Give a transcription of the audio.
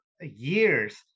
years